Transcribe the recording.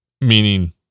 meaning